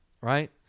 Right